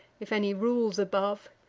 if any rules above,